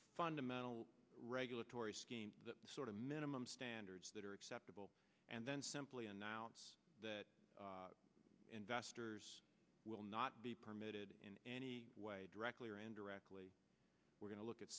fundamental regulatory scheme that sort of minimum standards that are acceptable and then simply announce that investors will not be permitted in any way directly or indirectly we're going to look at